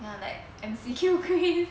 oh like M_C_Q quiz